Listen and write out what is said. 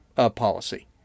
policy